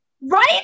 Right